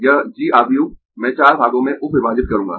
यह G आव्यूह मैं चार भागों में उप विभाजित करूँगा